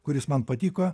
kuris man patiko